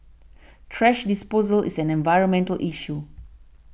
thrash disposal is an environmental issue